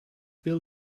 bill